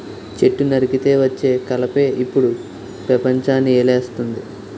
చెట్టు నరికితే వచ్చే కలపే ఇప్పుడు పెపంచాన్ని ఏలేస్తంది